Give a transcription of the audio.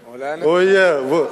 הוא יהיה, הוא יהיה.